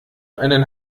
einen